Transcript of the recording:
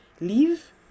leave